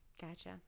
Gotcha